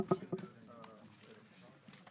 הישיבה ננעלה בשעה